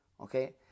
okay